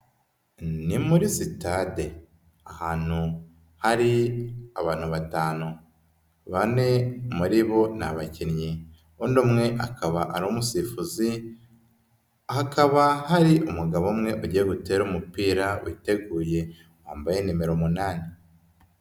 Ni muri sitade ahantu hari abantu batanu, bane muri bo ni abakinnyi, undi umwe akaba ari umusifuzi, hakaba hari umugabo umwe ugiye gutera umupira witeguye wambaye nimero umunani.